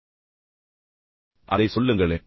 அந்த கதை சொல்லுங்களேன்